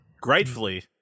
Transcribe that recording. gratefully